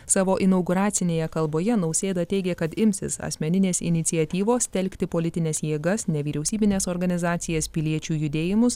savo inauguracinėje kalboje nausėda teigė kad imsis asmeninės iniciatyvos telkti politines jėgas nevyriausybines organizacijas piliečių judėjimus